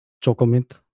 chocolate